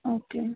okay